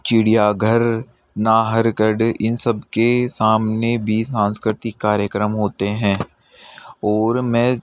चिड़ियाघर नाहरगढ़ इन सबके सामने भी सांस्कृतिक कार्यक्रम होते हैं और मैं